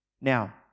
Now